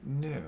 no